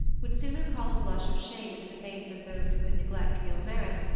would sooner call a blush of shame into the face of those who could neglect real merit,